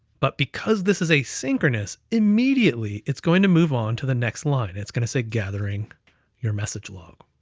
but because this is asynchronous, immediately it's going to move on to the next line. it's gonna say gathering your message log,